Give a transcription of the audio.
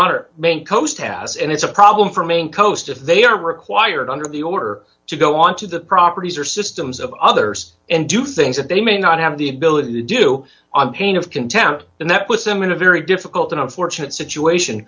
honor maine coast has and it's a problem for maine coast if they are required under the order to go onto the properties or systems of others and do things that they may not have the ability to do on pain of contempt and that puts them in a very difficult unfortunate situation